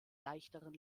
leichteren